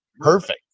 Perfect